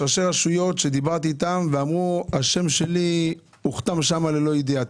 יש ראשי רשויות שכשדיברתי איתם הם אמרו שהשם שלהם נכתב שם ללא ידיעתם.